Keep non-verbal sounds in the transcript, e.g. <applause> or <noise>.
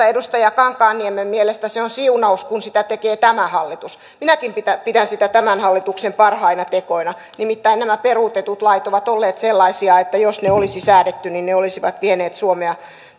<unintelligible> edustaja kankaanniemen mielestä se on siunaus kun sitä tekee tämä hallitus minäkin pidän sitä tämän hallituksen parhaina tekoina nimittäin nämä peruutetut lait ovat olleet sellaisia että jos ne olisi säädetty niin ne olisivat vieneet suomea